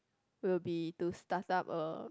will be to start up a